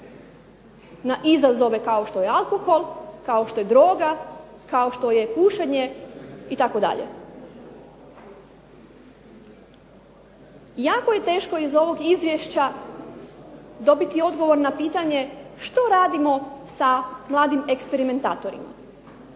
na izazove kao što je alkohol, kao što je droga, kao što je pušenje itd. Jako je teško iz ovog izvješća dobiti odgovor na pitanje što radimo sa mladim eksperimentatorima?